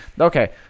Okay